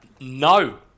No